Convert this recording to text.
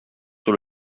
sur